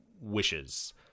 Wishes